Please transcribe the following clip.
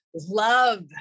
love